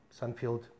Sunfield